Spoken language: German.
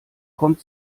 kommt